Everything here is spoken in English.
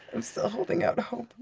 i'm still holding out hope.